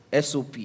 SOP